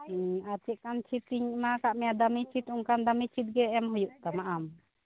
ᱦᱩᱸ ᱟᱨ ᱪᱮᱫᱠᱟᱱ ᱪᱷᱤᱴᱤᱧ ᱮᱢᱟᱠᱟᱫ ᱢᱮᱭᱟ ᱫᱟᱹᱢᱤ ᱪᱷᱤᱴ ᱚᱱᱠᱟᱱ ᱫᱟᱹᱢᱤ ᱪᱷᱤᱴ ᱜᱮ ᱮᱢ ᱦᱩᱭᱩᱜ ᱛᱟᱢᱟ ᱟᱢ